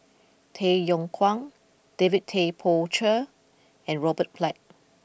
Tay Yong Kwang David Tay Poey Cher and Robert Black